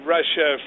Russia